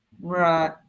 Right